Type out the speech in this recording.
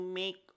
make